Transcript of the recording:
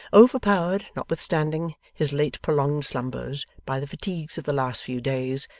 overpowered, notwithstanding his late prolonged slumbers, by the fatigues of the last few days,